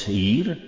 hier